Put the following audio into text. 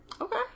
Okay